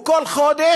הוא כל חודש,